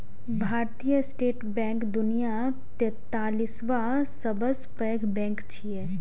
भारतीय state bank दुनियाक तैंतालिसवां सबसं पैघ बैंक छियै